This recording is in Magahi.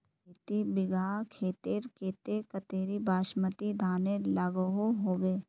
खेती बिगहा खेतेर केते कतेरी बासमती धानेर लागोहो होबे?